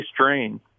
strain